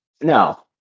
no